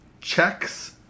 checks